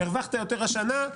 הרווחת יותר השנה,